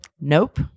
Nope